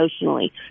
emotionally